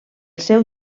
seu